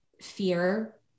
fear